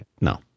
no